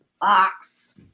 box